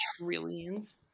trillions